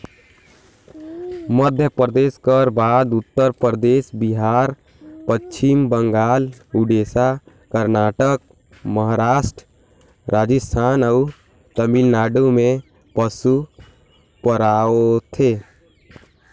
मध्यपरदेस कर बाद उत्तर परदेस, बिहार, पच्छिम बंगाल, उड़ीसा, करनाटक, महारास्ट, राजिस्थान अउ तमिलनाडु में पसु पवाथे